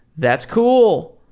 that's cool.